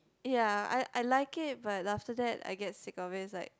ya I I like it but after that I get sick of this like